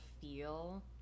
feel